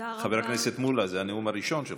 חבר הכנסת מולא, זה היה הנאום הראשון שלך,